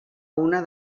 una